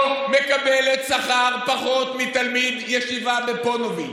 מקבלת שכר פחות מתלמיד ישיבה בפוניבז'.